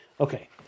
Okay